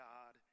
God